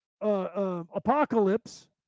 apocalypse